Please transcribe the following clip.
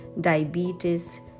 diabetes